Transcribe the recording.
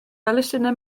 elusennau